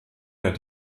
der